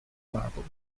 marble